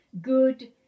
good